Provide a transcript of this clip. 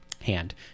hand